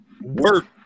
work